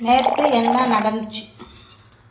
நேற்று என்ன நடந்துச்சு